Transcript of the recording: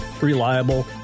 reliable